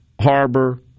harbor